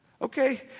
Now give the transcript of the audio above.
Okay